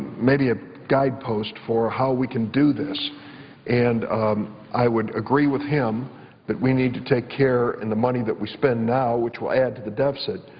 maybe a guide post for how we can do this and i would agree with him that but we need to take care in the money that we spend now which will add to the deficit,